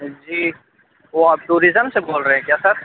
جی وہ آپ ٹوریزم سے بول رہے ہیں کیا سر